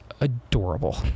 adorable